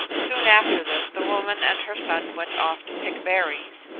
soon after this the woman and her son went off to pick berries,